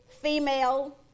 female